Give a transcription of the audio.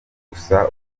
gusa